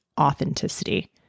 authenticity